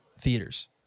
theaters